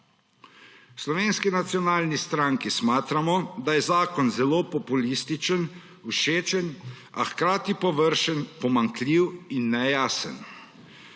Slovenski nacionalni stranki smatramo, da je zakon zelo populističen, všečen, a hkrati površen, pomanjkljiv in nejasen.